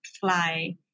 fly